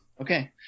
Okay